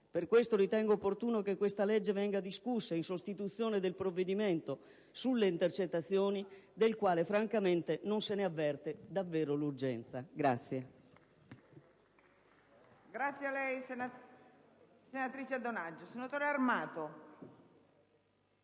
Per questo ritengo opportuno che questo disegno di legge venga discusso, in sostituzione del provvedimento sulle intercettazioni del quale, francamente, non si avverte davvero l'urgenza.